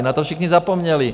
Na to všichni zapomněli.